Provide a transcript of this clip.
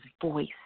voice